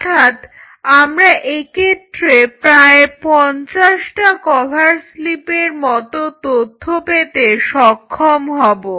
অর্থাৎ আমরা এক্ষেত্রে প্রায় 50 টা কভার স্লিপের মত তথ্য পেতে সক্ষম হব